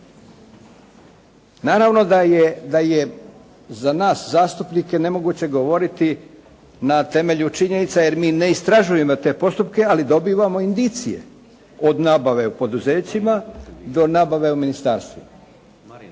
da je, da je za nas zastupnike nemoguće govoriti na temelju činjenica jer mi ne istražujemo te postupke ali dobivamo indicije od nabave u poduzećima do nabave u ministarstvima.